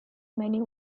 many